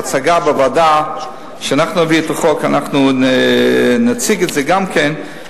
בהצגה בוועדה אנחנו נציג את זה גם כן,